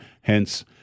Hence